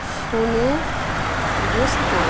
শুনে বুঝতে